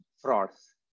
frauds